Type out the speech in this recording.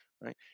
right